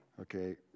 Okay